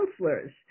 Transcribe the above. counselors